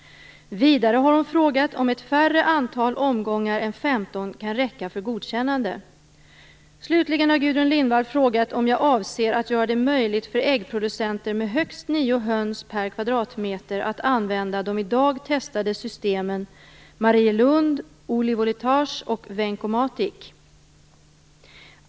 Vidare har hon frågat om färre antal omgångar än 15 kan räcka för godkännande. Slutligen har Gudrun Lindvall frågat om jag avser att göra det möjligt för äggproducenter med högst nio höns per kvadratmeter att använda de i dag testade systemen Marielund, Oli-Voletage och Vencomatic.